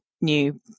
new